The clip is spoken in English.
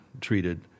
treated